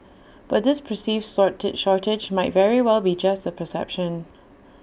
but this perceived shortage might very well be just A perception